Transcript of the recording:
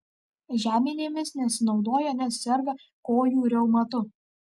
žeminėmis nesinaudoja nes serga kojų reumatu